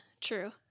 true